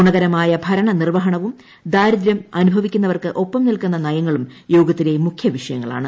ഗുണകരമായ ഭരണ നിർവഹണവും ദാരിദ്ര്യം അനുഭവിക്കുന്നവർക്ക് ഒപ്പം നിൽക്കുന്ന നയങ്ങളും യോഗത്തിലെ മുഖ്യ വിഷയങ്ങളാണ്